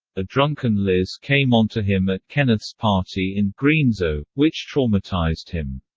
a drunken liz came onto him at kenneth's party in greenzo, which traumatised him.